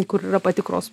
kur yra patikros